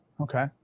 Okay